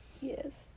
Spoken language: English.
Yes